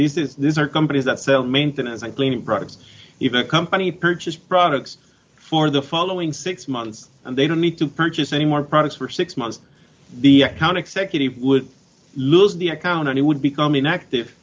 this is these are companies that sell maintenance and cleaning products even a company purchase products for the following six months and they don't need to purchase any more products for six months the county executive would lose the account and he would become inactive